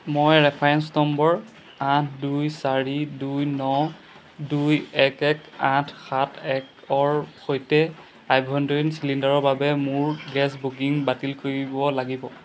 মই reference number আঠ দুই চাৰি দুই ন দুই এক এক আঠ সাত একৰ সৈতে আভ্যন্তৰীণ চিলিণ্ডাৰৰ বাবে মোৰ গেছ বুকিং বাতিল কৰিব লাগিব